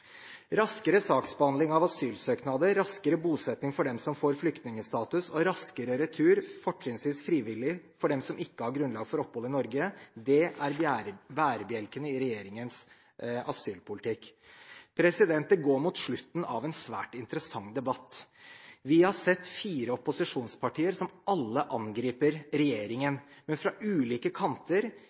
Raskere saksbehandling av asylsøknader, raskere bosetting for dem som får flyktningstatus, og raskere retur – fortrinnsvis frivillig – for dem som ikke har grunnlag for opphold i Norge, er bærebjelken i regjeringens asylpolitikk. Det går mot slutten av en svært interessant debatt. Vi har sett fire opposisjonspartier som alle angriper regjeringen, men fra ulike kanter,